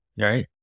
right